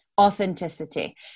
Authenticity